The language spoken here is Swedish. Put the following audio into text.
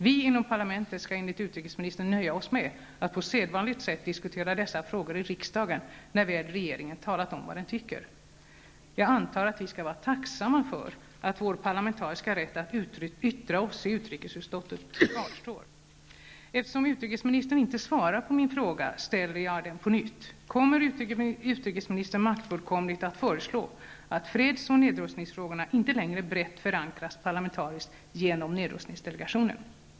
Vi inom parlamentet skall enligt utrikesministern nöja oss med att på sedvanligt sätt diskutera dessa frågor i riksdagen, när väl regeringen talat om vad den tycker. Jag antar att vi skall vara tacksamma för att vår parlamentariska rätt att yttra oss i utrikesutskottet kvarstår. Eftersom utrikesministern inte svarar på min fråga ställer jag den på nytt: Kommer utrikesministern maktfullkomligt att föreslå att freds och nedrustningsfrågorna inte längre brett förankras parlamentariskt genom nedrustningsdelegationen?